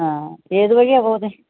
ആ ഏത് വഴിയാ പോവുന്നത്